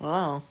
Wow